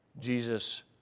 Jesus